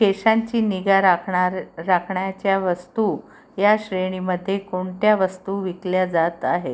केसांची निगा राखणार राखण्याच्या वस्तू या श्रेणीमध्ये कोणत्या वस्तू विकल्या जात आहेत